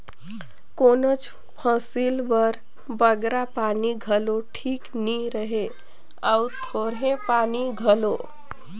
कोनोच फसिल बर बगरा पानी घलो ठीक नी रहें अउ थोरहें पानी घलो